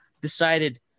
decided